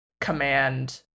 command